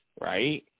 right